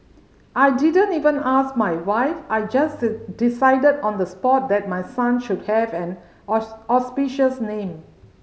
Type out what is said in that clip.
I didn't even ask my wife I just decided on the spot that my son should have an auspicious name